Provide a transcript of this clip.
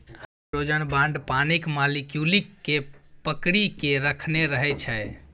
hydrogen bond पानिक molecule केँ पकरि केँ राखने रहै छै